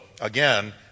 again